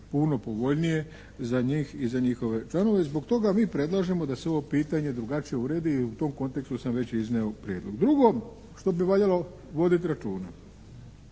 puno povoljnije za njih i za njihove članove. Zbog toga mi predlažemo da se ovo pitanje drugačije uredi i u tom kontekstu sam već iznio prijedlog. Drugo što bi valjalo voditi računa.